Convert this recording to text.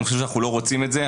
אני חושב שאנחנו לא רוצים את זה,